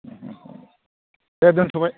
औ औ औ दे दोनथ'बाय